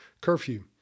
curfew